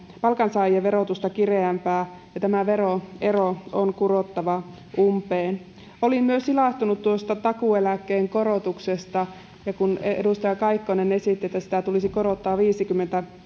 palkansaajien verotusta kireämpää ja tämä veroero on kurottava umpeen olin myös ilahtunut tuosta takuueläkkeen korotuksesta ja siitä kun edustaja kaikkonen esitti että sitä tulisi korottaa viisikymmentä